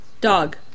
Dog